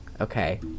okay